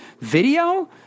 video